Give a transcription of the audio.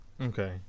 Okay